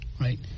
right